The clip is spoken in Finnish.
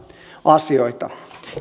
asioita